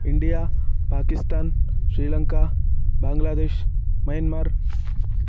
India Pakistan Sri Lanka बाङ्ग्लादेशः Myanmar